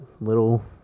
little